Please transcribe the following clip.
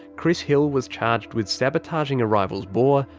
chris hill was charged with sabotaging a rival's bore,